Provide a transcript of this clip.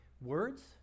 words